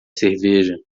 cerveja